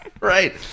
Right